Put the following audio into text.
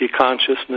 consciousness